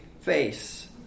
face